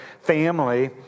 family